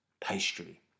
pastry